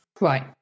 Right